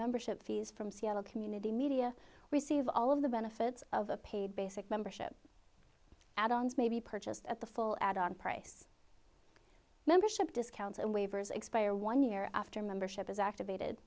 membership fees from seattle community media receive all of the benefits of a paid basic membership add ons may be purchased at the full add on price membership discounts and waivers expire one year after membership is activated